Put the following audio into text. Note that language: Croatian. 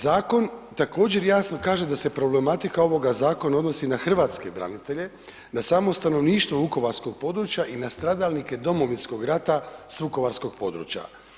Zakon također jasno kaže da se problematika ovoga zakona odnosi na hrvatske branitelje, na samo stanovništvo vukovarskog područja i na stradalnike domovinskog rata s vukovarskog područja.